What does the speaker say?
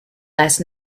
last